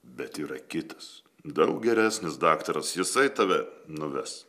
bet yra kitas daug geresnis daktaras jisai tave nuves